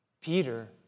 Peter